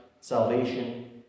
salvation